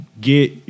get